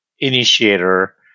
initiator